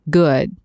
good